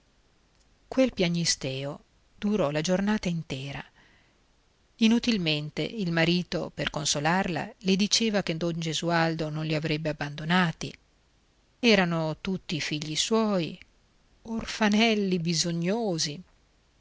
quel piagnisteo durò la giornata intera inutilmente il marito per consolarla le diceva che don gesualdo non li avrebbe abbandonati erano tutti figli suoi orfanelli bisognosi